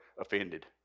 offended